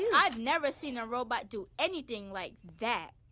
and i've never seen a robot do anything like that.